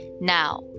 Now